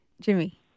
Jimmy